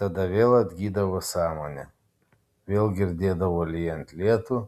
tada vėl atgydavo sąmonė vėl girdėdavo lyjant lietų